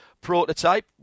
prototype